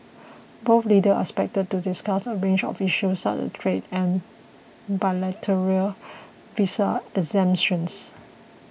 both leaders are expected to discuss a range of issues such as trade and bilateral visa exemptions